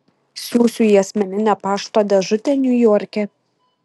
siųsiu į asmeninę pašto dėžutę niujorke